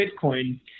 Bitcoin